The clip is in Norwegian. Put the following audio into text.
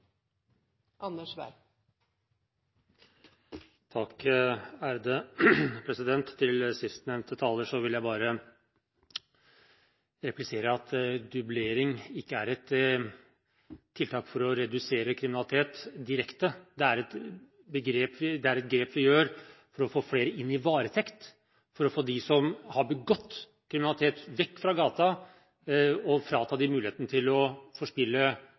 vil jeg bare replisere at dublering ikke er et tiltak for å redusere kriminalitet direkte. Det er et grep vi gjør for å få flere inn i varetekt, for å få dem som har begått kriminalitet vekk fra gaten, og frata dem muligheten til å forspille